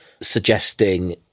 suggesting